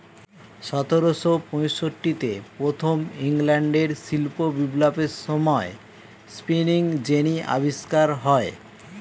সতেরোশো পঁয়ষট্টিতে প্রথম ইংল্যান্ডের শিল্প বিপ্লবের সময়ে স্পিনিং জেনি আবিষ্কার হয়